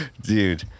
Dude